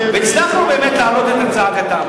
הצלחנו באמת להעלות את צעקתם.